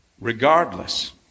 Regardless